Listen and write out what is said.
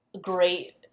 great